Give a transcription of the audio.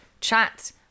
chat